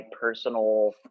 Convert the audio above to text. personal